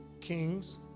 Kings